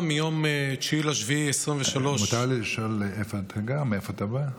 מותר לי לשאול מאיפה אתה בא?